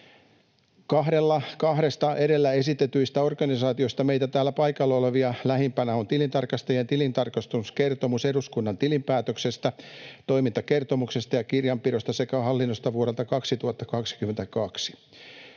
Kahteen edellä esitettyyn organisaatioon verrattuna meitä täällä paikalla olevia lähempänä on tilintarkastajien tilintarkastuskertomus eduskunnan tilinpäätöksestä, toimintakertomuksesta ja kirjanpidosta sekä hallinnosta vuodelta 2022.